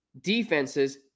defenses